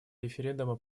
референдума